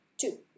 two